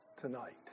tonight